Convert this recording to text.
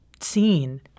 seen